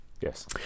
Yes